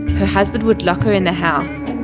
her husband would lock her in the house,